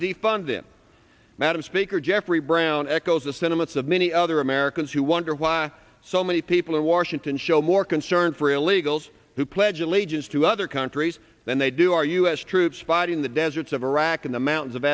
defund them madam speaker jeffrey brown echoes the sentiments of many other americans who wonder why so many people in washington show more concern for illegals who pledge allegiance to other countries than they do are u s troops fighting the deserts of iraq in the mountains of